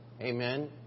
Amen